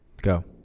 Go